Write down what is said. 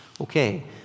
Okay